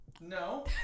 No